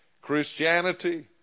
Christianity